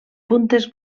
puntes